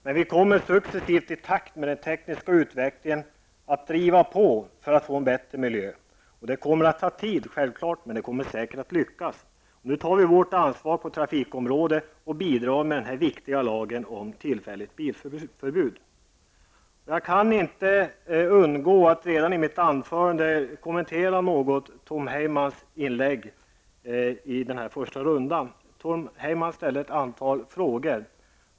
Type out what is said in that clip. Men vi kommer successivt, i takt med den tekniska utvecklingen, att driva på för att få en bättre miljö. Det kommer självfallet att ta tid, men det kommer säkert att lyckas. Nu tar vi vårt ansvar på trafikområdet och bidrar med den här viktiga lagen om tillfälligt bilförbud. Jag kan inte låta bli att redan i mitt huvudanförande något kommentera Tom Heymans inlägg i första rundan. Tom Heyman ställde ett antal frågor.